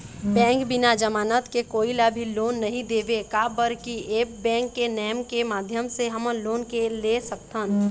Bank बिना जमानत के कोई ला भी लोन नहीं देवे का बर की ऐप बैंक के नेम के माध्यम से हमन लोन ले सकथन?